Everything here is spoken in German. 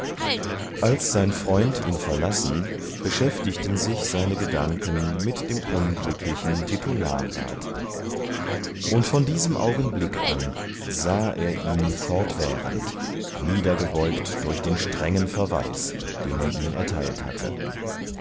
als sein freund ihn verlassen beschäftigten sich seine gedanken mit dem unglücklichen titularrat und von diesem augenblick an sah er ihn fortwährend niedergebeugt durch den strengen verweis den er ihm erteilt hatte